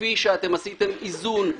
כפי שעשיתם איזון,